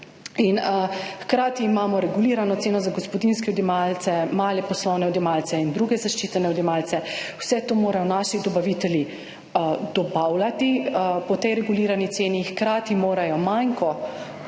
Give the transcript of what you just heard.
in hkrati imamo regulirano ceno za gospodinjske odjemalce, male poslovne odjemalce in druge zaščitene odjemalce. Vse to morajo naši dobavitelji dobavljati po tej regulirani ceni, hkrati morajo manko uvažati